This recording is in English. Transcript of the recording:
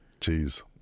Jeez